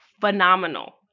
phenomenal